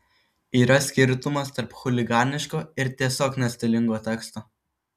yra skirtumas tarp chuliganiško ir tiesiog nestilingo teksto